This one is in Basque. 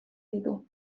ditu